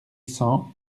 cents